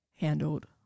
handled